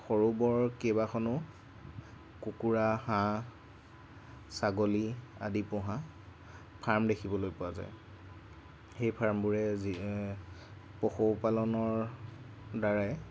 সৰু বৰ কেইবাখনো কুকুৰা হাঁহ ছাগলী আদি পোহা ফাৰ্ম দেখিবলৈ পোৱা যায় সেই ফাৰ্মবোৰে যি পশুপালনৰ দ্বাৰাই